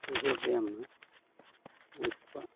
ᱡᱳᱜ ᱵᱮᱭᱟᱢ ᱫᱚ ᱩᱱᱠᱩᱣᱟᱜ